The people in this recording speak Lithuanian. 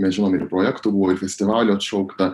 mes žinome ir projektų buvo ir festivalių atšaukta